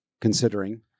Considering